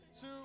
Two